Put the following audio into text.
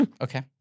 Okay